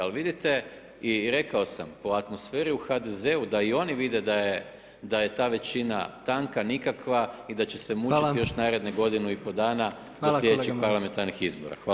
Ali vidite, i rekao sam o atmosferi u HDZ-u da i oni vide da je ta većina tanka, nikakva i da će se mučiti još naredne godinu i pol dana do sljedećih Parlamentarnih izbora.